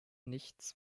nichts